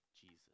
Jesus